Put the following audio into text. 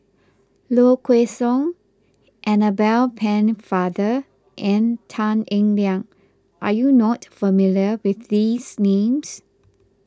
Low Kway Song Annabel Pennefather and Tan Eng Liang are you not familiar with these names